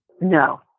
No